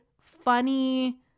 funny